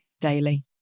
daily